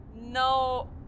no